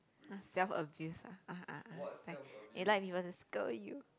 !huh! self abuse ah ah ah ah you like people to scold you